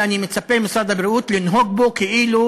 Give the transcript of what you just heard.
אני מצפה ממשרד הבריאות לנהוג בו כאילו